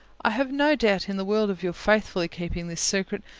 i have no doubt in the world of your faithfully keeping this secret,